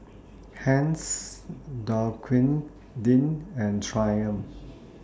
Heinz Dequadin and Triumph